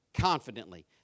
confidently